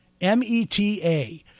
M-E-T-A